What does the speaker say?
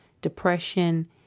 depression